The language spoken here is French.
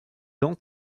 dents